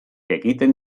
egiten